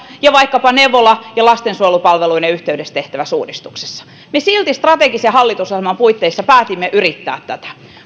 ja vaikkapa neuvola ja lastensuojelupalveluiden yhteydessä tehtävässä uudistuksessa silti strategisen hallitusohjelman puitteissa päätimme yrittää tätä